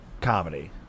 comedy